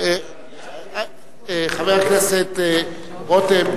להתייחס להסתה חבר הכנסת רותם,